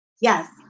Yes